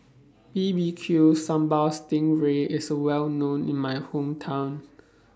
B B Q Sambal Sting Ray IS Well known in My Hometown